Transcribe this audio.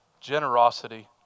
generosity